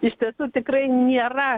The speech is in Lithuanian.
iš tiesų tikrai nėra